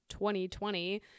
2020